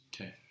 Okay